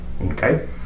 Okay